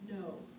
no